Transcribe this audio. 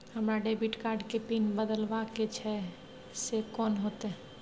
हमरा debit card के pin बदलवा के छै से कोन होतै?